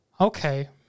okay